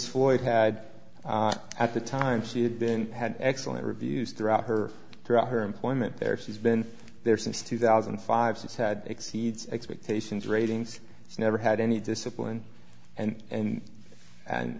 floyd had at the time she had been had excellent reviews throughout her throughout her employment there she's been there since two thousand and five since had exceeds expectations ratings it's never had any discipline and and and